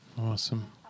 awesome